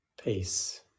peace